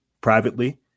privately